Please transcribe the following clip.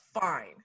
fine